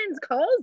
calls